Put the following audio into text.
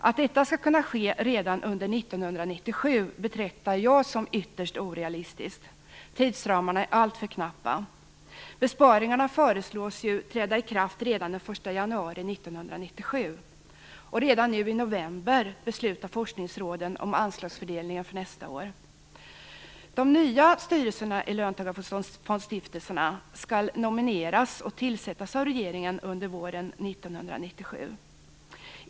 Att detta skall kunna ske redan under 1997 betraktar jag som ytterst orealistiskt. Tidsramarna är alltför knappa. Besparingarna föreslås ju träda i kraft redan den 1 januari 1997, och redan nu i november beslutar forskningsråden om anslagsfördelningen för nästa år. De nya styrelserna i löntagarfondsstiftelserna skall nomineras och tillsättas av regeringen under våren 1997.